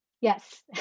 Yes